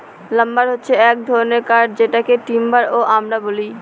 lumber হছে এক ধরনের কাঠ যেটাকে টিম্বার ও আমরা বলি